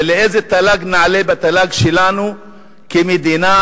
ולאיזה תל"ג נעלה בתל"ג שלנו כמדינה,